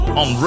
on